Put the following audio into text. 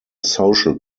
social